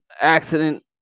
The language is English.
accident